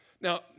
Now